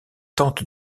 tente